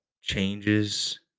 changes